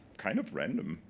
kind of random.